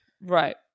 Right